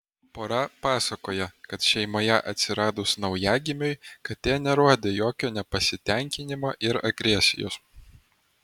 pora pasakoja kad šeimoje atsiradus naujagimiui katė nerodė jokio nepasitenkinimo ir agresijos